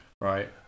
Right